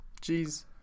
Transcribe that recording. Jeez